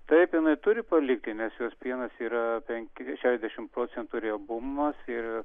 taip jinai turi palikti nes jos pienas yra penki šešiasdešimt procentų riebumas ir